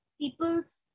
people's